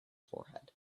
forehead